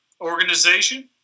organization